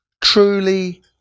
truly